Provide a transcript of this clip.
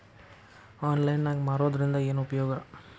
Online ನಾಗ್ ಮಾರೋದ್ರಿಂದ ಏನು ಉಪಯೋಗ?